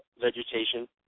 vegetation